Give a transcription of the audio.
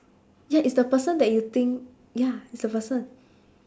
ya it's the person that you think ya it's the person